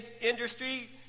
industry